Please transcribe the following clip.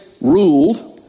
ruled